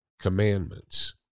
commandments